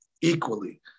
equally